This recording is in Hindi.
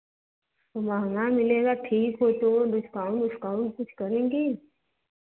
महँगा मिलेगा ठीक होतो डिस्काउंट कुछ करेंगी